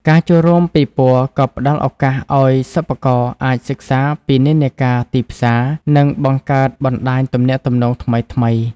ការចូលរួមពិព័រណ៍ក៏ផ្តល់ឱកាសឱ្យសិប្បករអាចសិក្សាពីនិន្នាការទីផ្សារ និងបង្កើតបណ្ដាញទំនាក់ទំនងថ្មីៗ។